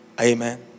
Amen